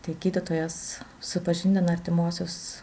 tai gydytojas supažindina artimuosius